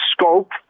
scope